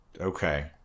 Okay